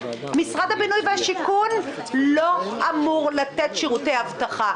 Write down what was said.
משרד הבנוי והשיכון לא אמור לתת שירותי אבטחה.